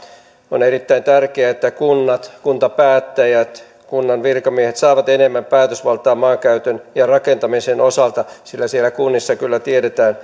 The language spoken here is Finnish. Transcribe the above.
on erittäin tärkeää että kunnat kuntapäättäjät kunnan virkamiehet saavat enemmän päätösvaltaa maankäytön ja rakentamisen osalta sillä siellä kunnissa kyllä tiedetään